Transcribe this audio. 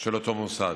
אותו מוסד.